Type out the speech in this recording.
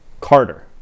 Carter